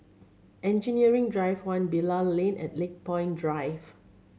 Engineering Drive One Bilal Lane and Lakepoint Drive